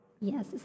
Yes